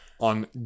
On